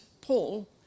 Paul